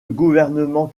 gouvernement